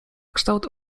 kształt